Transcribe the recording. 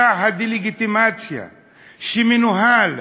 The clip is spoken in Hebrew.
מסע הדה-לגיטימציה שמתנהל,